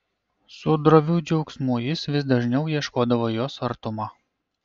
su droviu džiaugsmu jis vis dažniau ieškodavo jos artumo